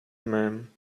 man